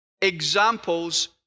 examples